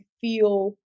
feel